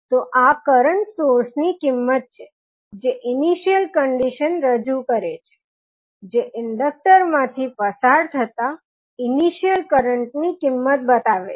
તો આ current source ની કિંમત છે જે ઇનિશિયલ કંડીશન રજુ કરે છે જે ઇન્ડકટર માંથી પસાર થતાં ઇનિશિયલ કરંટ ની કિંમત બતાવે છે